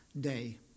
day